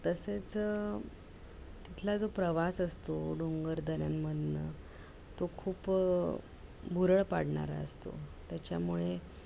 तसेच तिथला जो प्रवास असतो डोंगर द्यांमनं तो खूप बुरळ पाडणारा असतो त्याच्यामुळे